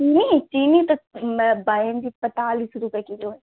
चीनी चीनी त बहन जी पैंतालीस रुपये किलो है